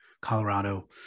Colorado